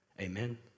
Amen